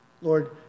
Lord